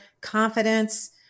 confidence